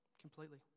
completely